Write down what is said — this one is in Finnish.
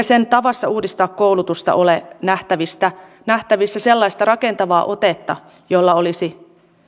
sen tavassa uudistaa koulutusta ole nähtävissä nähtävissä sellaista rakentavaa otetta jolla olisi